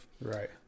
Right